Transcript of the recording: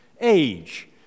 age